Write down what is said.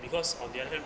because on the other hand